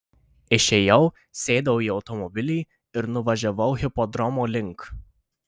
išėjau sėdau į automobilį ir nuvažiavau hipodromo link